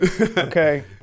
Okay